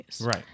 Right